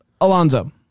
Alonzo